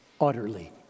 utterly